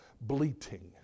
Bleating